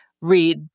read